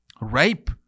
rape